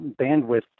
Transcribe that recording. bandwidth